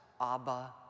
abba